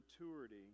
maturity